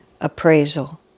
appraisal